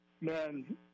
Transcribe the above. man